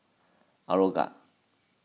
Aeroguard